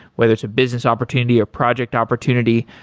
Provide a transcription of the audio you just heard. whether it's a business opportunity, or project opportunity.